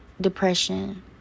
depression